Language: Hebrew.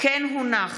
זיהומיות,